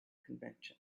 convention